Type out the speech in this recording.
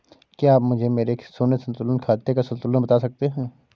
क्या आप मुझे मेरे शून्य संतुलन खाते का संतुलन बता सकते हैं?